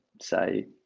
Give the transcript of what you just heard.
say